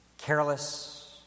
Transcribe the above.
careless